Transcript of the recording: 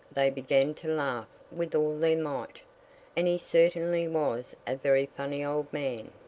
they began to laugh with all their might and he certainly was a very funny old man.